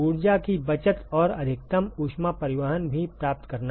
ऊर्जा की बचत और अधिकतम ऊष्मा परिवहन भी प्राप्त करना